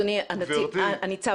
אדוני הניצב,